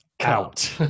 Out